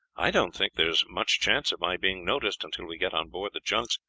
i don't think there is much chance of my being noticed until we get on board the junks,